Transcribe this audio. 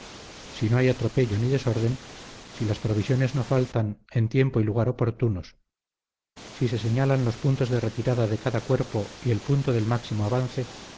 si no hay atropello ni desorden si las provisiones no faltan en tiempo y lugar oportunos si se señalan los puntos de retirada de cada cuerpo y el punto del máximo avance